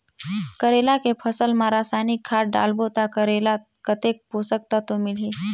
करेला के फसल मा रसायनिक खाद डालबो ता करेला कतेक पोषक तत्व मिलही?